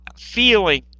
feeling